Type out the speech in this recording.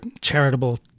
charitable